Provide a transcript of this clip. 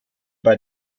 bei